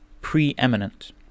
preeminent